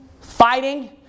fighting